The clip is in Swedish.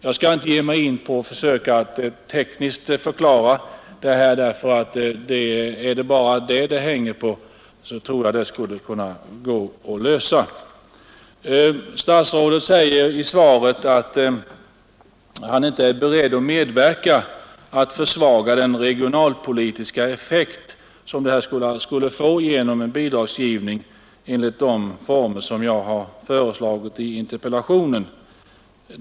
Är det bara tekniken för genomförandet det hänger på tror jag att det skulle gå att lösa problemet. Statsrådet säger i svaret att han inte är beredd att medverka till att försvaga den regionalpolitiska effekten av statliga bidrag till enskilda företag för omoch nybyggnad i form av lokaliseringsstöd, genom en bidragsgivning i den form som jag har föreslagit i interpellationen.